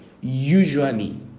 usually